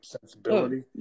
sensibility